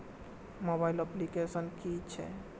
Mobile application कि छै?